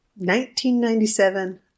1997